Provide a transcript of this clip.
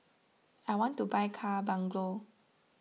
I want to buy car bungalow